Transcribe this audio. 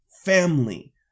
family